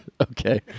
Okay